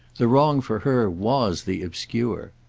the wrong for her was the obscure.